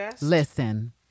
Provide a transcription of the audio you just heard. listen